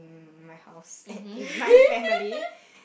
my house in my family